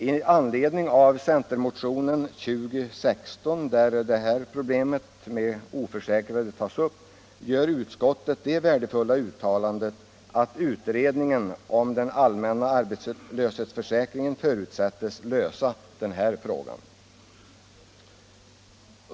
Med anledning av centermotionen 2016, där detta problem med de oförsäkrade tas upp, gör utskottet det värdefulla uttalandet att utredningen om den allmänna arbetslöshetsförsäkringen förutsättes lösa denna fråga.